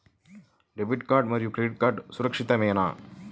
Debit card మరియు credit card సురక్షితమేనా?